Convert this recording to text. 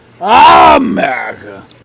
America